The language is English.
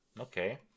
okay